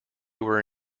were